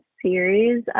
series